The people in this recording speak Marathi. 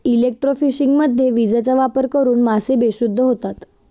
इलेक्ट्रोफिशिंगमध्ये विजेचा वापर करून मासे बेशुद्ध होतात